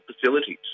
facilities